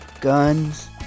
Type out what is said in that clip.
guns